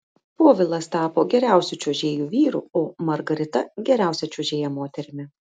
povilas tapo geriausiu čiuožėju vyru o margarita geriausia čiuožėja moterimi